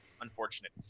unfortunate